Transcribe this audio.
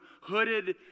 hooded